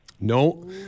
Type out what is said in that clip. No